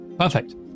Perfect